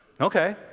Okay